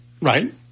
Right